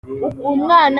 umwana